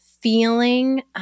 feeling